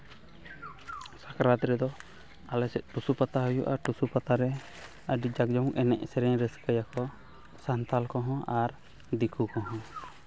ᱥᱟᱠᱨᱟᱛ ᱨᱮᱫᱚ ᱟᱞᱮ ᱥᱮᱫ ᱴᱩᱥᱩ ᱯᱟᱛᱟ ᱦᱩᱭᱩᱜᱼᱟ ᱴᱩᱥᱩ ᱯᱟᱛᱟ ᱨᱮ ᱟᱹᱰᱤ ᱡᱟᱠ ᱡᱚᱢᱚᱠ ᱮᱱᱮᱡ ᱥᱮᱨᱮᱧ ᱨᱟᱹᱥᱠᱟᱹᱭᱟᱠᱚ ᱥᱟᱱᱛᱟᱲ ᱠᱚ ᱦᱚᱸ ᱟᱨ ᱛᱤᱠᱩ ᱠᱚ ᱦᱚᱸ